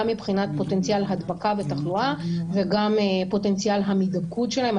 מבחינת פוטנציאל הדבקה ותחלואה וגם פוטנציאל המידבקות שלהם,